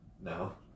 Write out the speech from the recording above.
No